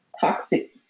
toxic